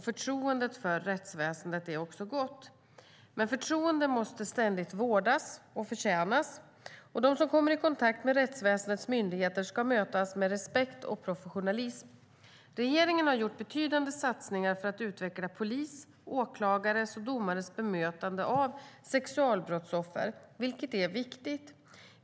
Förtroendet för rättsväsendet är också gott. Men förtroende måste ständigt vårdas och förtjänas. De som kommer i kontakt med rättsväsendets myndigheter ska bemötas med respekt och professionalism. Regeringen har gjort betydande satsningar för att utveckla polis, åklagares och domares bemötande av sexualbrottsoffer, vilket är viktigt.